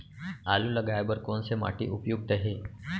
आलू लगाय बर कोन से माटी उपयुक्त हे?